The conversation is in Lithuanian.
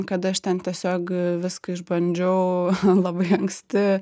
kad aš ten tiesiog viską išbandžiau labai anksti